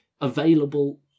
available